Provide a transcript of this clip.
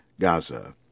Gaza